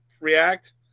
react